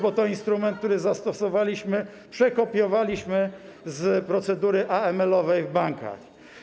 bo to instrument, który zastosowaliśmy, przekopiowaliśmy z procedury AML-owej w bankach.